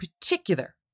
particular